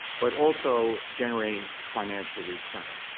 but also generating financial return.